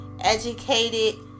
educated